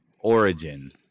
origin